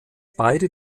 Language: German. beide